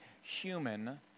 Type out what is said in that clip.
human